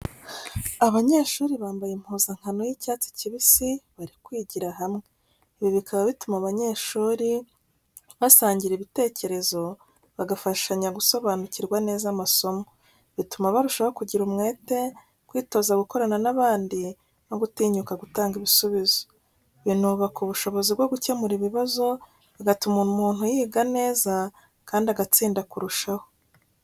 Abanyeshuri bambaye impuzankano y'icyatsi kibisi bari kwigira hamwe. Ibi bikaba bituma abanyeshuri basangira ibitekerezo, bagafashanya gusobanukirwa neza amasomo. Bituma barushaho kugira umwete, kwitoza gukorana n’abandi no gutinyuka gutanga ibisubizo. Binubaka ubushobozi bwo gukemura ibibazo, bigatuma umuntu yiga neza kandi agatsinda kurushaho.